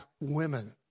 women